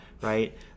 right